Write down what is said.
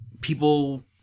people